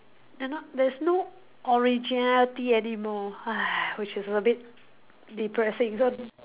you know there's no originality anymore which is a bit depressing so